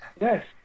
Yes